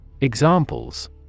Examples